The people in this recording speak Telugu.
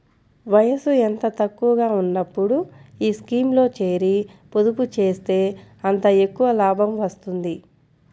వయసు ఎంత తక్కువగా ఉన్నప్పుడు ఈ స్కీమ్లో చేరి, పొదుపు చేస్తే అంత ఎక్కువ లాభం వస్తుంది